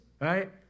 right